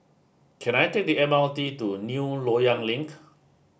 can I take the M R T to New Loyang Link